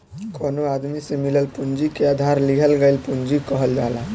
कवनो आदमी से मिलल पूंजी के उधार लिहल गईल पूंजी कहल जाला